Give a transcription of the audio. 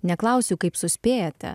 neklausiu kaip suspėjate